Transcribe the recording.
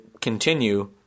continue